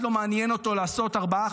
לא מעניין אף אחד לעשות ארבעה,